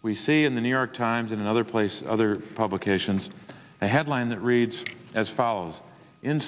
we see in the new york times in another place other publications a headline that reads as follows in